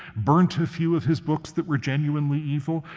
burnt a few of his books that were genuinely evil,